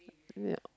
ya